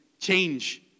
change